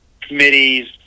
committee's